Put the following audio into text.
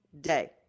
day